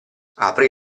apri